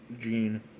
Gene